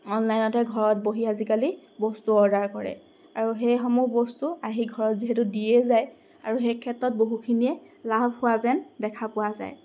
অনলাইনতে ঘৰত বহি আজিকালি বস্তু অৰ্ডাৰ কৰে আৰু সেইসমূহ বস্তু আহি ঘৰত যিহেতু আহি দিয়ে যায় আৰু সেই ক্ষেত্ৰত বহুখিনিয়ে লাভ হোৱা যেন দেখা পোৱা যায়